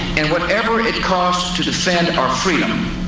and whatever it costs to defend and our freedom,